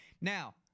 Now